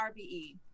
RBE